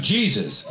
Jesus